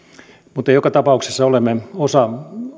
on joka tapauksessa olemme osa